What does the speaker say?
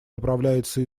направляется